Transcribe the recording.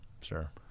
sure